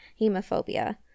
hemophobia